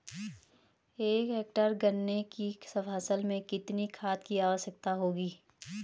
एक हेक्टेयर गन्ने की फसल के लिए कितनी खाद की आवश्यकता होगी?